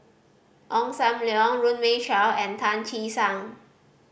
Ong Sam Leong Runme Shaw and Tan Che Sang